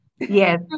Yes